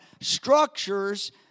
structures